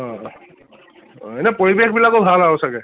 অঁ অঁ অঁ এনেই পৰিৱেশবিলাকো ভাল আৰু চাগৈ